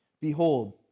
Behold